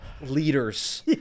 Leaders